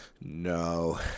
no